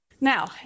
Now